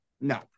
No